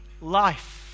life